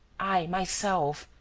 i myself?